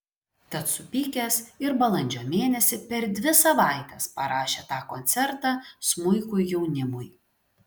tad supykęs ir balandžio mėnesį per dvi savaites parašė tą koncertą smuikui jaunimui